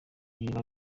ibirwa